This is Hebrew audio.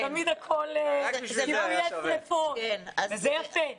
זה יפה.